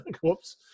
Whoops